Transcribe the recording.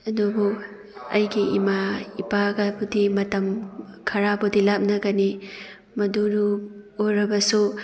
ꯑꯗꯨꯕꯨ ꯑꯩꯒꯤ ꯏꯃꯥ ꯏꯄꯥꯒꯕꯨꯗꯤ ꯃꯇꯝ ꯈꯔꯕꯨꯗꯤ ꯂꯥꯞꯅꯒꯅꯤ ꯃꯗꯨꯕꯨ ꯑꯣꯏꯔꯕꯁꯨ